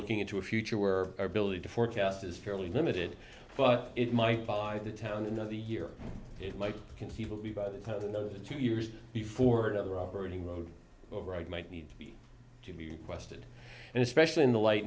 looking into a future where ability to forecast is fairly limited but it might buy the town in the the year it might conceivably by the time the other two years before another operating mode override might need to be requested and especially in the light